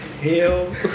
hell